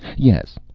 yes.